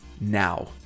now